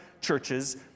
churches